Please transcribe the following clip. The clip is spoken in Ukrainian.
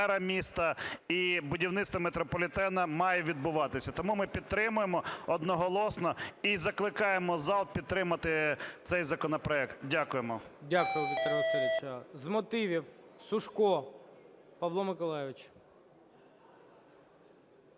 Дякую, Вікторе Васильовичу.